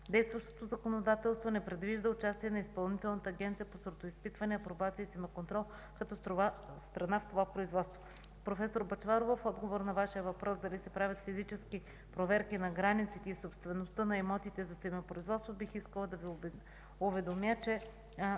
Действащото законодателство не предвижда участие на Изпълнителната агенция по сортоизпитване, апробация и семеконтрол като страна в това производство. Професор Бъчварова, в отговор на Вашия въпрос: дали се правят физически проверки за границите и собствеността на имотите за семепроизводство, бих искала да Ви уведомя, че